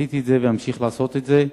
עשיתי את זה ואמשיך לעשות את זה.